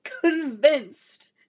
convinced